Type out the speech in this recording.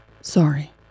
Sorry